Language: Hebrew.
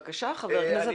בבקשה, חבר הכנסת משה ארבל.